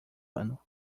ano